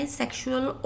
sexual